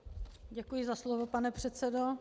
Děkuji za slovo, pane předsedo.